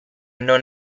non